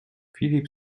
filip